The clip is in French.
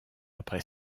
après